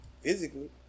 physically